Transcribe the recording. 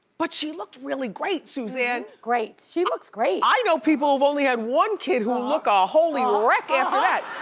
but she looked really great, suzanne. great, she looks great. i know people who've only had one kid who look a holy um wreck after that.